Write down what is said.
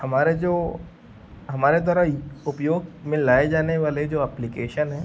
हमारे जो हमारे द्वारा उपयोग में लाए जाने वाले जो एप्लीकेशन हैं